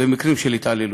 במקרים של התעללות.